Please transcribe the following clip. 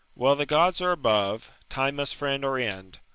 well, the gods are above time must friend or end.